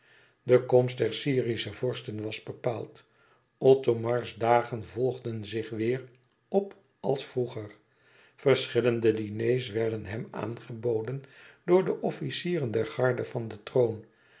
de komst der syrische vorsten was bepaald othomars dagen volgden zich weêr op als vroeger verschillende diners werden hem aangeboden door de officieren der garde van den troon